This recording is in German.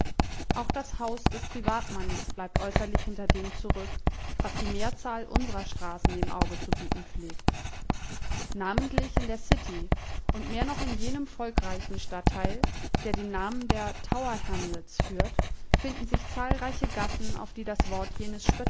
auch das haus des privatmannes bleibt äußerlich hinter dem zurück was die mehrzahl unsrer straßen dem auge zu bieten pflegt namentlich in der city und mehr noch in jenem volkreichen stadtteil der den namen der tower hamlets führt finden sich zahlreiche gassen auf die das wort jenes